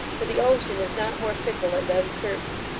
for the ocean is not more fickle and uncertain,